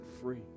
free